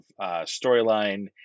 storyline